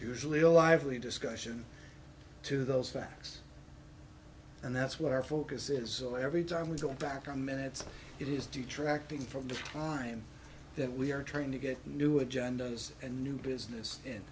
usually a lively discussion to those facts and that's what our focus is so every time we go back a minutes it is detracting from the time that we are trying to get new agendas and new business